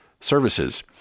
services